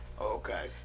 Okay